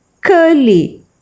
curly